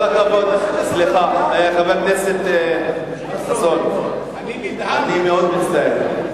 חבר הכנסת חסון, אני מאוד מצטער.